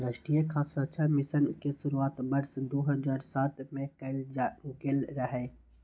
राष्ट्रीय खाद्य सुरक्षा मिशन के शुरुआत वर्ष दू हजार सात मे कैल गेल रहै